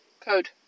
code